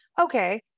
okay